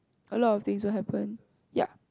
a lot of things will happen ya